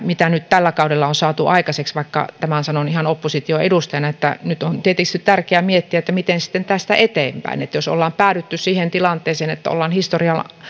mitä nyt tällä kaudella on saatu aikaiseksi vaikka tämän sanon ihan opposition edustajana nyt on tietysti tärkeää miettiä miten sitten tästä eteenpäin jos ollaan päädytty siihen tilanteeseen että ollaan